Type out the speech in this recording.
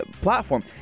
platform